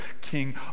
king